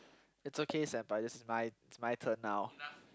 it's okay senpai this is my it's my turn now